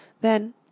then—